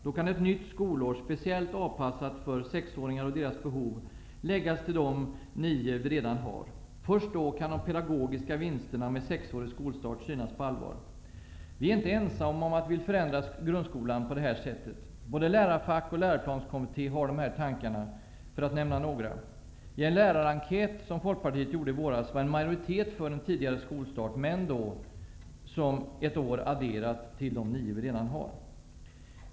Då kan ett nytt skolår, speciellt avpassat för sexåringar och deras behov läggas till de nio vi redan har. Först då kan de pedagogiska vinsterna med sexårig skolstart synas på allvar. Vi är inte ensamma om att vilja förändra grundskolan på det här sättet. Både lärarfack och läroplanskommitté har de här tankarna, för att nämna några. I en lärarenkät som Folkpartiet gjorde i våras var en majoritet för tidigare skolstart, men då som ett år adderat till de nio vi redan har.